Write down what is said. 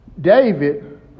David